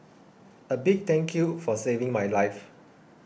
a big thank you for saving my life